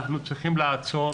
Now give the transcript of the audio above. אנחנו צריכים לעצור,